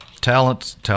talent's